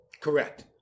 correct